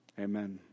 amen